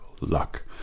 luck